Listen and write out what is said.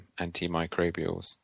antimicrobials